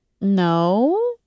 No